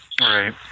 Right